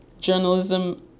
Journalism